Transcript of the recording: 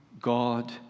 God